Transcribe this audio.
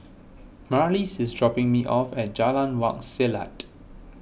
Marlys is dropping me off at Jalan Wak Selat